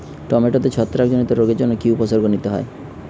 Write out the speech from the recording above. টমেটোতে ছত্রাক জনিত রোগের জন্য কি উপসর্গ নিতে হয়?